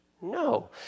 No